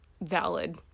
valid